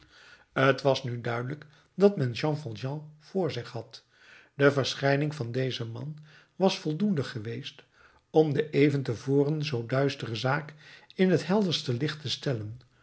t was nu duidelijk dat men jean valjean voor zich had de verschijning van dezen man was voldoende geweest om de even te voren nog zoo duistere zaak in het helderste licht te stellen